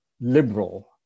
liberal